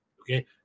Okay